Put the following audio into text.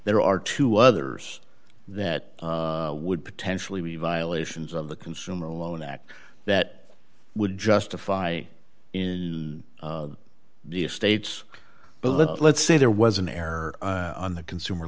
there are two others that would potentially be violations of the consumer loan act that would justify in the states but let's say there was an error on the consumer